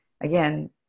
again